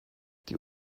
die